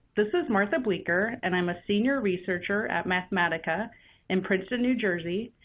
this is martha bleeker, and i'm a senior researcher at mathematica in princeton new jersey.